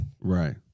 Right